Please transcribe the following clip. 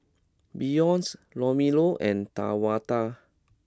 Beyonce Romello and Tawanda